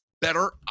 better